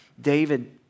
David